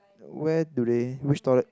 where do they which toilet